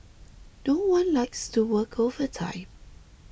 no one likes to work overtime